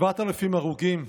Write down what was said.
7,000 הרוגים,